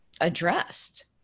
addressed